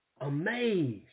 amazed